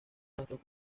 nuestros